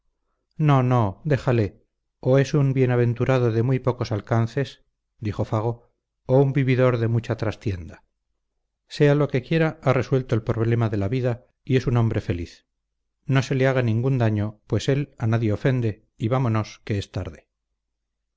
no no déjale o es un bienaventurado de muy pocos alcances dijo fago o un vividor de mucha trastienda sea lo que quiera ha resuelto el problema de la vida y es un hombre feliz no se le haga ningún daño pues él a nadie ofende y vámonos que es tarde